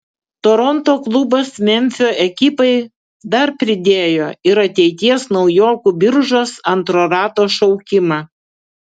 toronto klubas memfio ekipai dar pridėjo ir ateities naujokų biržos antro rato šaukimą